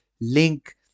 link